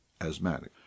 asthmatic